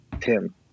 Tim